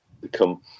become